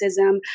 racism